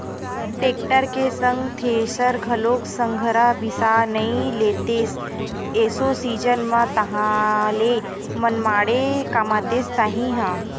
tractor के संग thresher घलोक संघरा बिसा नइ लेतेस एसो सीजन म ताहले मनमाड़े कमातेस तही ह